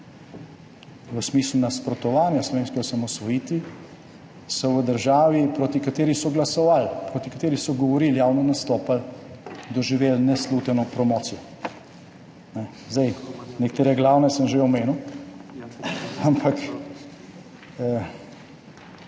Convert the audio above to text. v smislu nasprotovanja slovenski osamosvojitvi, so v državi, proti kateri so glasovali, proti kateri so govorili, javno nastopali, doživeli nesluteno promocijo. Nekatere glavne sem že omenil, ampak